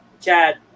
Chad